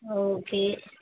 okay